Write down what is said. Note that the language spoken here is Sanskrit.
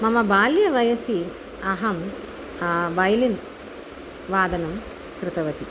मम बाल्यवयसि अहं वय्लिन् वादनं कृतवती